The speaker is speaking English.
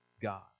God